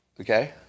Okay